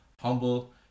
humble